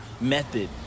method